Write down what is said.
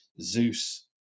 Zeus